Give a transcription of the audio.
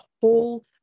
whole